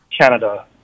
Canada